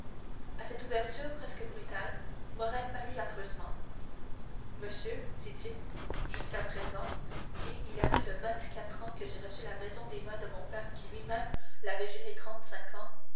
à cette ouverture presque brutale morrel pâlit affreusement monsieur dit-il jusqu'à présent et il y a plus de vingt-quatre ans que j'ai reçu la maison des mains de mon père qui lui-même l'avait gérée trente-cinq ans